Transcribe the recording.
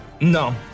No